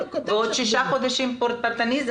ותוך שישה חודשים לאחר מכן לקבוע נהלים פרטניים?